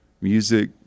music